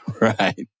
Right